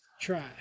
try